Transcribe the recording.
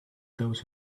those